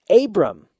Abram